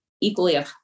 equally